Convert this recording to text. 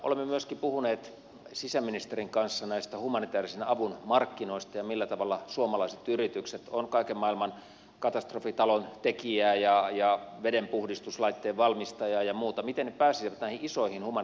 olemme myöskin puhuneet sisäministerin kanssa näistä humanitäärisen avun markkinoista ja siitä millä tavalla suomalaiset yritykset on kaiken maailman katastrofitalon tekijää ja vedenpuhdistuslaitteen valmistajaa ja muuta pääsisivät näihin isoihin humanitäärisen avun markkinoihin